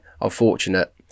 unfortunate